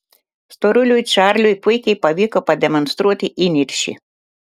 storuliui čarliui puikiai pavyko pademonstruoti įniršį